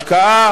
לבאר-שבע.